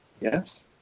Yes